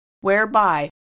whereby